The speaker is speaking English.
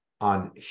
on